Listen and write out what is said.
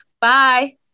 Bye